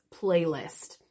playlist